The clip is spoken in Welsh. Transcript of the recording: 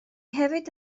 hefyd